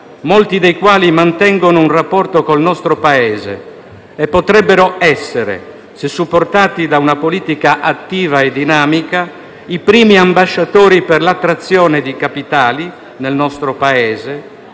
molti dei quali mantengono un rapporto con il nostro Paese e potrebbero essere, se supportati da una politica attiva e dinamica, i primi ambasciatori per l'attrazione di capitali nel nostro Paese,